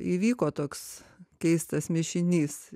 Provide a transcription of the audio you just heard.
įvyko toks keistas mišinys